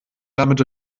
damit